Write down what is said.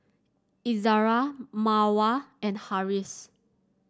Izzara Mawar and Harris